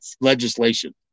legislation